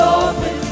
open